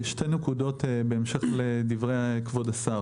שתי נקודות בהמשך לדברי כבוד השר.